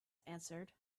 answered